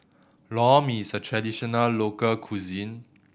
Lor Mee is a traditional local cuisine